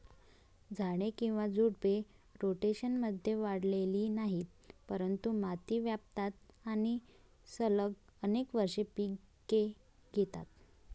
झाडे किंवा झुडपे, रोटेशनमध्ये वाढलेली नाहीत, परंतु माती व्यापतात आणि सलग अनेक वर्षे पिके घेतात